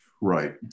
Right